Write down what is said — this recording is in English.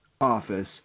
office